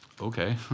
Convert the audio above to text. okay